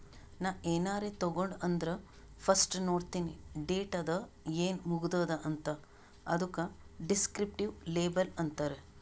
ನಾ ಏನಾರೇ ತಗೊಂಡ್ ಅಂದುರ್ ಫಸ್ಟ್ ನೋಡ್ತೀನಿ ಡೇಟ್ ಅದ ಏನ್ ಮುಗದೂದ ಅಂತ್, ಅದುಕ ದಿಸ್ಕ್ರಿಪ್ಟಿವ್ ಲೇಬಲ್ ಅಂತಾರ್